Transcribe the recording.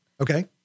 Okay